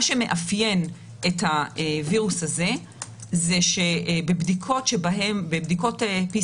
מה שמאפיין את הווירוס הזה הוא שבבדיקות PCR